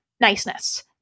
niceness